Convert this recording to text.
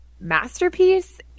masterpiece